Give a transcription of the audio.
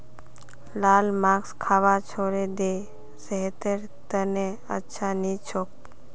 लाल मांस खाबा छोड़े दे सेहतेर त न अच्छा नी छोक